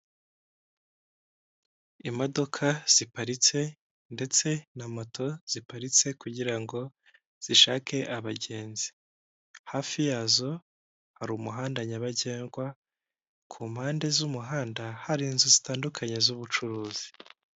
Imodoka ziparitse ndetse na moto ziparitse kugira ngo zishake abagenzi. Hafi yazo hari umuhanda nyabagendwa ku mpande z'umuhanda, hari inzu zitandukanye z'ubucuruzi.